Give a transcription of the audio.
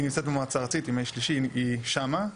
היא נמצאת במועצה הארצית ימי שלישי היא שמה,